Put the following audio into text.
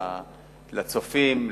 לצופים,